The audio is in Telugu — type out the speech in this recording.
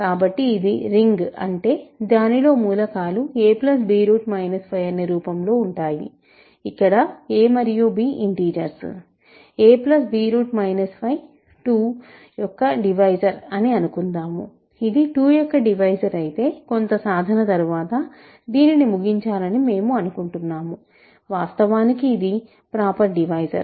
కాబట్టి ఇది రింగ్ అంటే దానిలో మూలకాలు a b 5 అనే రూపంలో ఉంటాయి ఇక్కడ a మరియు b ఇంటిజర్స్ a b 5 2 యొక్క డివైజర్ అని అనుకుందాం ఇది 2 యొక్క డివైజర్ అయితే కొంత సాధన తర్వాత దీనిని ముగించాలని మేము అనుకుంటున్నాము వాస్తవానికి ఇది ప్రాపర్ డివైజర్